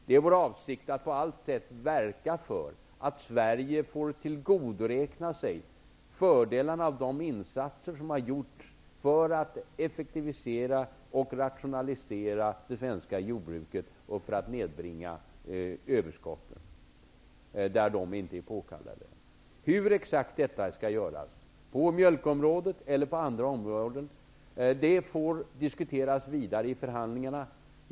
Det är vår avsikt att på alla sätt verka för att Sverige får tillgodoräkna sig fördelarna av de insatser som har gjorts för att effektivisera och rationalisera det svenska jordbruket, och för att nedbringa överskotten där de inte är påkallade. Exakt hur detta skall göras -- när det gäller mjölkkvoterna eller andra områden -- får diskuteras vidare i förhandlingarna.